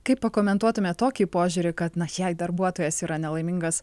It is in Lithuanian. kaip pakomentuotumėt tokį požiūrį kad na jei darbuotojas yra nelaimingas